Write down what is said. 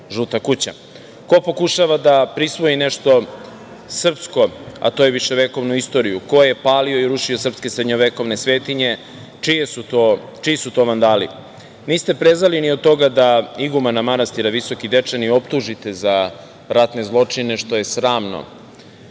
„žuta kuća“?Ko pokušava da prisvoji nešto srpsko, a to je viševekovnu istoriju, ko je palio i rušio srpske srednjovekovne svetinje, čiji su to vandali? Niste prezali ni od toga da igumana manastira Visoki Dečani, optužite za ratne zločine, što je sramno. To